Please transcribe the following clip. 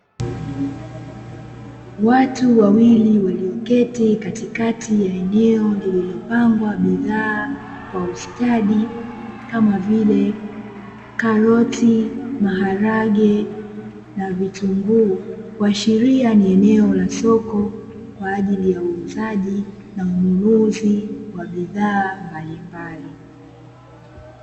Watu wawili walioketi katikati ya eneo lililopangwa bidhaa kwa ustadi kama vile karoti, maharage na vitunguu kuashiria ni eneo la soko, kwa ajili ya uuzaji na ununuzi wa bidhaa mbalimbali.